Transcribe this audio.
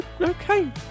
Okay